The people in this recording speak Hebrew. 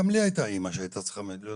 גם לי הייתה אמא שהייתה צריכה להיות מטופלת.